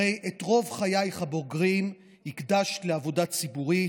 הרי את רוב חייך הבוגרים הקדשת לעבודה ציבורית: